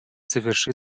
завершит